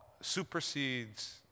supersedes